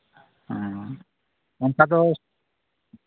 ᱦᱮᱸ ᱚᱱᱠᱟᱫᱚ